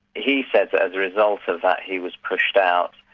he says as a result of that he was pushed out.